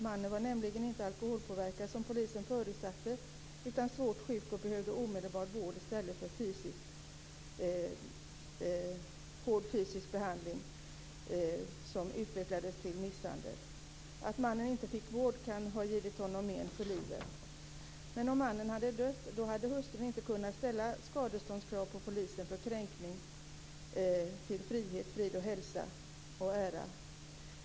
Mannen var nämligen inte alkoholpåverkad som polisen förutsatte utan svårt sjuk och behövde omedelbar vård i stället för hård fysisk behandling som utvecklades till misshandel. Att mannen inte fick vård kan ha gett honom men för livet. Om mannen hade dött hade hustrun inte kunnat ställa skadeståndskrav på polisen för kränkning till frihet, frid, hälsa och ära.